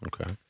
Okay